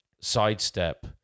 sidestep